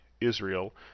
Israel